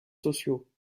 sociaux